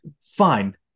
Fine